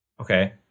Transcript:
Okay